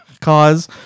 cause